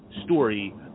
story